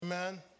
Amen